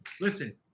Listen